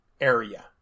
area